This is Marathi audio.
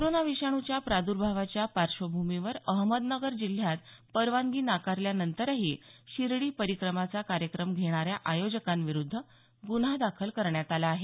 कोरोना विषाणूच्या प्राद्र्भावाच्या पार्श्वभ्मीवर अहमदनगर जिल्ह्यात परवानगी नाकारल्यानंतरही शिर्डी परिक्रमाचा कार्यक्रम घेणाऱ्या आयोजकांविरूद्ध गुन्हा दाखल करण्यात आला आहे